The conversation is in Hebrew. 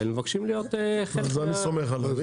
מבקשים להיות חלק מה --- אז אני סומך עליו.